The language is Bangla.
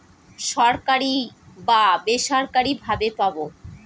সরকারি বা বেসরকারি ভাবে পাবো